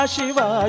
Shiva